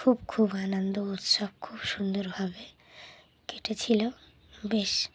খুব খুব আনন্দ উৎসব খুব সুন্দরভাবে কেটেছিলো বেশ